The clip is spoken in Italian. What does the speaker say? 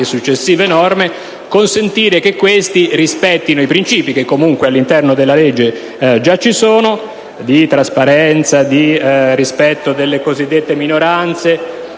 successive norme, consentire che questi rispettino i principi, che comunque all'interno della legge già ci sono, di trasparenza, di rispetto delle cosiddette minoranze